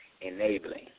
enabling